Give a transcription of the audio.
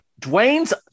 Dwayne's